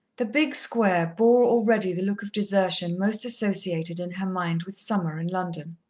the big square bore already the look of desertion most associated in her mind with summer in london.